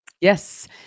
Yes